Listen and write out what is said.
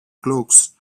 cloaks